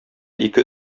ике